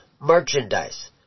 merchandise